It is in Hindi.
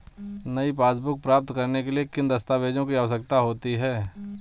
नई पासबुक प्राप्त करने के लिए किन दस्तावेज़ों की आवश्यकता होती है?